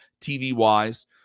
TV-wise